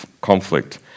conflict